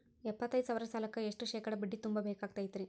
ಎಪ್ಪತ್ತೈದು ಸಾವಿರ ಸಾಲಕ್ಕ ಎಷ್ಟ ಶೇಕಡಾ ಬಡ್ಡಿ ತುಂಬ ಬೇಕಾಕ್ತೈತ್ರಿ?